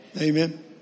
Amen